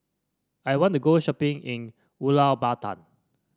I want to go shopping in Ulaanbaatar